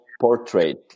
portrait